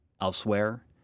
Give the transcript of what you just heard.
elsewhere